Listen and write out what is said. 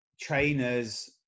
trainers